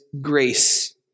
grace